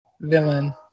villain